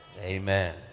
Amen